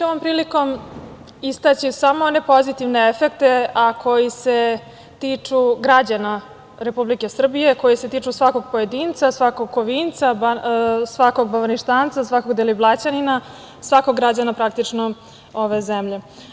Ovom prilikom ću istaći samo one pozitivne efekte, a koji se tiču građana Republike Srbije, koji se tiču svakog pojedinca, svakog Kovinca, svakog Bavaništanca, svakog Deliblaćanina, svakog građana praktično ove zemlje.